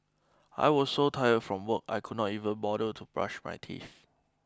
I was so tired from work I could not even bother to brush my teeth